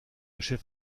chef